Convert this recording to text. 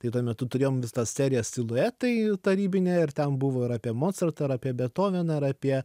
tai tuo metu turėjom visą tą seriją siluetai tarybinę ir ten buvo ir apie mocartą ar apie betoveną ar apie